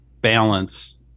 balance